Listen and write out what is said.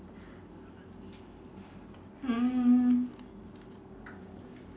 mm